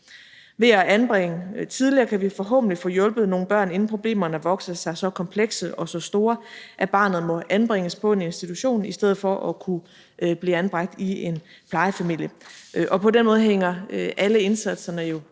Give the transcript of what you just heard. Ved at anbringe tidligere kan vi forhåbentlig få hjulpet nogle børn, inden problemerne vokser sig så komplekse og så store, at barnet må anbringes på en institution i stedet for at kunne blive anbragt i en plejefamilie. På den måde hænger alle indsatserne jo